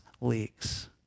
leaks